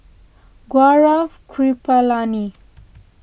Gaurav Kripalani